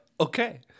Okay